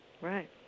right